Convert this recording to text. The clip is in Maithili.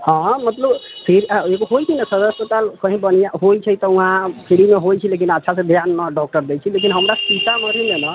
हाँ मतलब फिर एगो होइ छै न सदर अस्पताल कहि बढ़िऑं होइ छै तऽ उहाँ फ्री मे होइ छै लेकिन अच्छासँ ध्यान डॉक्टर नहि दै छै लेकिन हमरा सीतामढ़ी मऽ नऽ